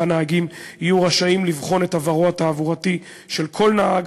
נהגים יהיו רשאים לבחון את עברו התעבורתי של כל נהג,